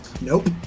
Nope